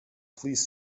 please